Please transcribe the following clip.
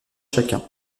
chacun